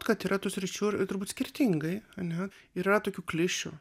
kad yra tų sričių turbūt skirtingai ane yra tokių klišių